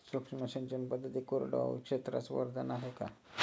सूक्ष्म सिंचन पद्धती कोरडवाहू क्षेत्रास वरदान आहे का?